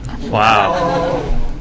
Wow